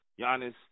Giannis